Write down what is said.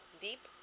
Deep